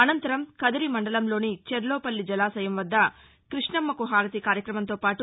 అనంతరం కదిరి మండలంలోని చెర్లోపల్లి జలాశయం వద్ద కృష్ణమ్మకు హారతి కార్యక్రమంతో పాటు